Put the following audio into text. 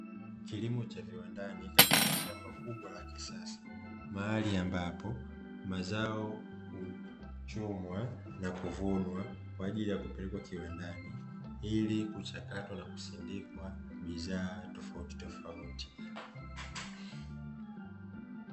Kilimo cha viwandani katika shamba kubwa la kisasa, mahali ambapo mazao huchumwa na kuvunwa kwa ajili ya kupelekwa kiwandani ili kuchakatwa na kusindikwa bidhaa tofautitofauti.